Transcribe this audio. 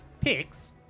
Picks